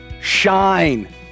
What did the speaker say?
shine